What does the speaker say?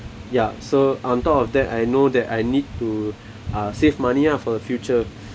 ya so on top of that I know that I need to uh save money ah for the future